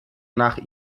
nach